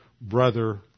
brother